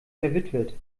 verwitwet